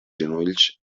genolls